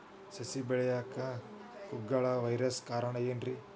ಸಸಿ ಬೆಳೆಯಾಕ ಕುಗ್ಗಳ ವೈರಸ್ ಕಾರಣ ಏನ್ರಿ?